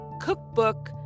cookbook